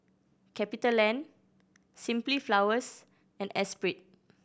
CapitaLand Simply Flowers and Espirit